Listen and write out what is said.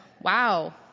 Wow